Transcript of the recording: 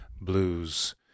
Blues